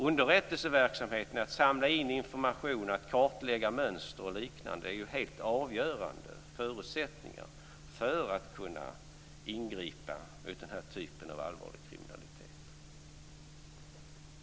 Underrättelseverksamhet med att samla in information, kartlägga mönster och liknande är helt avgörande förutsättningar för att kunna ingripa vid den här typen av allvarlig kriminalitet.